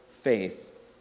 faith